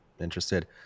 interested